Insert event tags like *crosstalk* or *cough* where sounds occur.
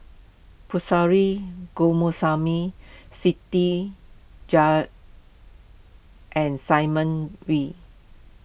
*unintelligible* Siti Jah and Simon Wee